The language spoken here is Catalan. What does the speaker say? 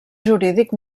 jurídic